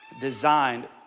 designed